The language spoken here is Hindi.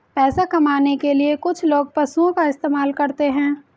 पैसा कमाने के लिए कुछ लोग पशुओं का इस्तेमाल करते हैं